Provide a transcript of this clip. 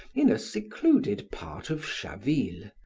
in a secluded part of chaville.